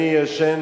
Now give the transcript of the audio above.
שיפוטית,